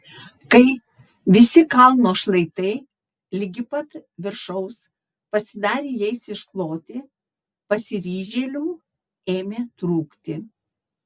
kai visi kalno šlaitai ligi pat viršaus pasidarė jais iškloti pasiryžėlių ėmė trūkti